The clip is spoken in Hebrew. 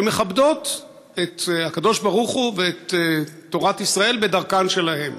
שמכבדות את הקדוש-ברוך-הוא ואת תורת ישראל בדרכן שלהן,